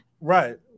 Right